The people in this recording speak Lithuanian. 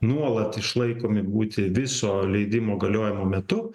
nuolat išlaikomi būti viso leidimo galiojimo metu